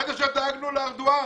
עד עכשיו דאגנו לארדואן